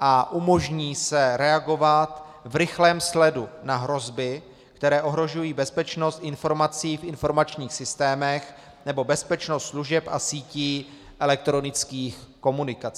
a umožní se reagovat v rychlém sledu na hrozby, které ohrožují bezpečnost informací v informačních systémech nebo bezpečnost služeb a sítí elektronických komunikací.